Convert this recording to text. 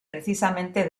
precisamente